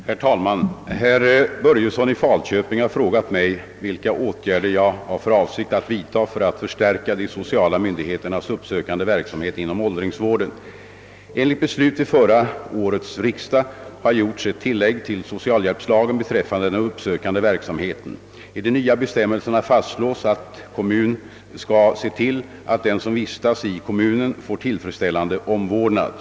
Herr talman! Herr Börjesson i Falköping har frågat mig vilka åtgärder jag har för avsikt att vidta för att förstärka de sociala myndigheternas uppsökande verksamhet inom åldringsvården. Enligt beslut vid förra årets riksdag har gjorts ett tillägg till socialhbjälpslagen beträffande den uppsökande verksamheten. I de nya bestämmelserna fastslås att kommun skall se till att den som vistas i kommunen får tillfredsställande omvårdnad.